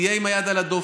תהיה עם היד על הדופק.